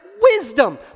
wisdom